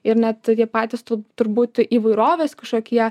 ir net patys tu turbūt įvairovės kažkokie